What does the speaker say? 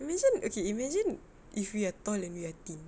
imagine okay imagine if we are tall and we are thin